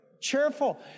cheerful